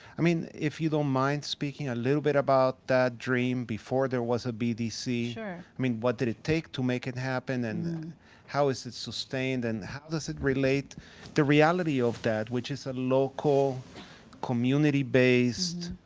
i mean if you don't mind speaking a little bit about that dream before there was a bdc. sure. i mean what did it take to make it happen and how is it sustained and how does it relate the reality of that which is a local community-based,